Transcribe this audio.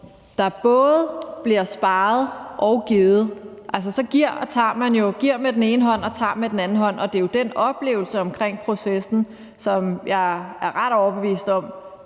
der både bliver sparet og givet, giver man jo med den ene hånd og tager med den anden hånd, og det er den oplevelse omkring processen, som jeg er ret overbevist om